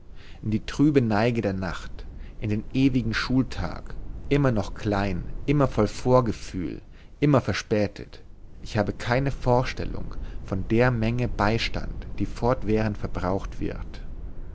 die trübe neige der nacht in den ewigen schultag immer noch klein immer voll vorgefühl immer verspätet ich habe keine vorstellung von der menge beistand die fortwährend verbraucht wird